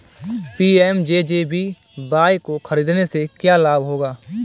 PMJJBY को खरीदने से क्या लाभ होगा?